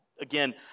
Again